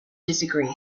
disagree